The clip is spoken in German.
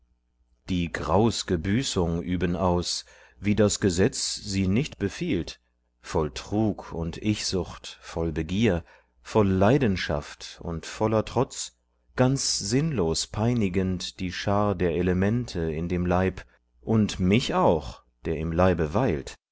die graus'ge büßung üben aus wie das gesetz sie nicht befiehlt voll trug und ichsucht voll begier voll leidenschaft und voller trotz ganz sinnlos peinigend die schar der elemente in dem leib und mich auch der im leibe weilt